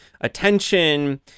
attention